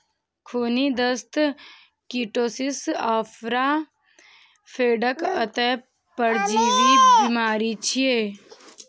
खूनी दस्त, कीटोसिस, आफरा भेड़क अंतः परजीवी बीमारी छियै